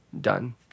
done